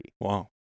Wow